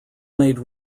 made